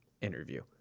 interview